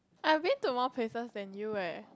I've been to more places than you eh